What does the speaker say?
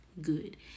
good